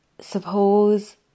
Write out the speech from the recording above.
suppose